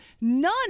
none